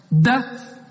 death